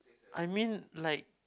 I mean like